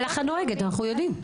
אנחנו יודעים.